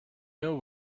know